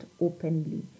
openly